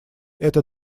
это